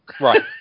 right